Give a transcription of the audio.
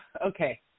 okay